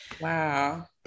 Wow